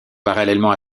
parallèlement